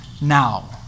now